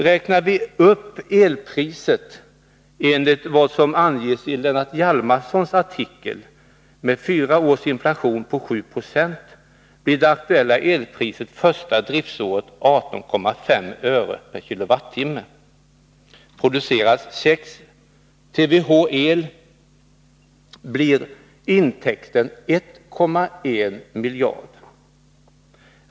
Räknar vi upp elpriset enligt vad som anges i Lennart Hjalmarssons artikel med fyra års inflation på 7 96, blir det aktuella elpriset första driftsåret 18,5 öre/kWh. Produceras 6 TWh el blir intäkten 1,1 miljarder.